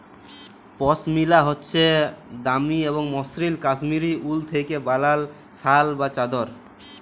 পশমিলা হছে দামি এবং মসৃল কাশ্মীরি উল থ্যাইকে বালাল শাল বা চাদর